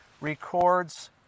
records